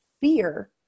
fear